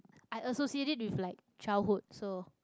I associate it with like childhood so